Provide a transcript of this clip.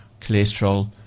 cholesterol